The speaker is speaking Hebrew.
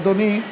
אדוני,